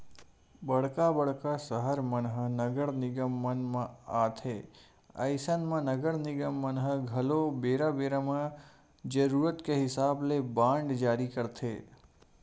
बड़का बड़का सहर मन ह नगर निगम मन म आथे अइसन म नगर निगम मन ह घलो बेरा बेरा म जरुरत के हिसाब ले बांड जारी करथे